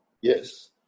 Yes